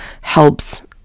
helps